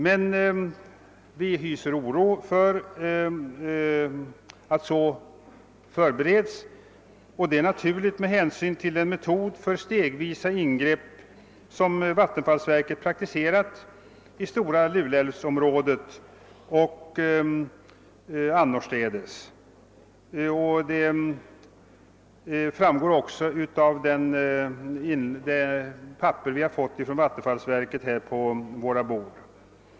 Men vi hyser oro för att detta förbereds, och det är naturligt med hänsyn till den metod för stegvisa ingrepp som vattenfallsverket praktiserat i Stora Luleälvsområdet och annorstädes, vilket också framgår av det papper från vattenfalls verket som lagts på våra bord.